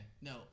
no